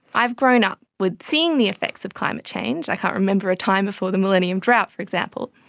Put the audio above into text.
i've grown up with seeing the effects of climate change, i can't remember a time before the millennium drought for example.